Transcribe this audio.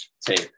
tape